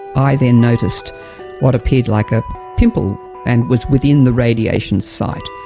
i then noticed what appeared like a pimple and was within the radiation site.